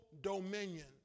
dominion